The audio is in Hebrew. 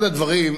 אחד הדברים,